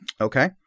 Okay